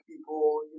people